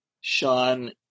Sean